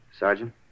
Sergeant